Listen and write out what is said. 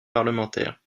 parlementaire